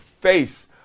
face